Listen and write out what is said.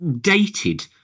dated